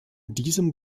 diesem